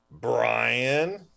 brian